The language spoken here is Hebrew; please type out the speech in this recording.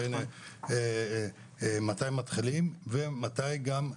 מתי מתחילים ומתי גם,